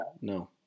no